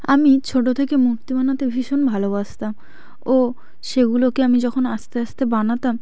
আমি ছোটো থেকে মূর্তি বানাতে ভীষণ ভালবাসতাম ও সেগুলোকে আমি যখন আস্তে আস্তে বানাতাম